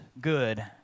good